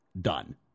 done